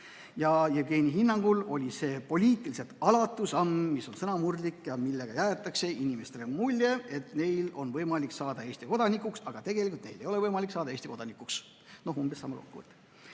Jevgeni hinnangul oli see poliitiliselt alatu samm: see on sõnamurdlik ja sellega jäetakse inimestele mulje, et neil on võimalik saada Eesti kodanikuks, aga tegelikult neil ei ole võimalik saada Eesti kodanikuks. Noh, umbes selline kokkuvõte.